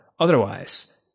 otherwise